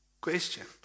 question